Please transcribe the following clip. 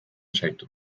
zaitu